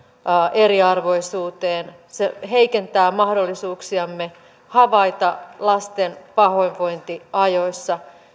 eriarvoisuuteen se heikentää mahdollisuuksiamme havaita lasten pahoinvointi ajoissa